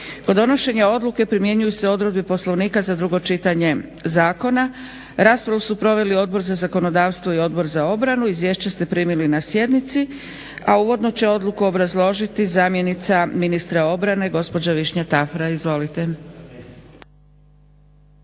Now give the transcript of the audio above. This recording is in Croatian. Kod donošenja odluke primjenjuju se odredbe Poslovnika za drugo čitanje zakona. Raspravu su proveli Odbor za zakonodavstvo i Odbor za obranu. Izvješće ste primili na sjednici, a uvodno će odluku obrazložiti zamjenica ministra obrane, gospođa Višnja Tafra. Izvolite.